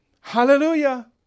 Hallelujah